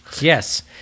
Yes